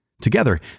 Together